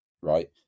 right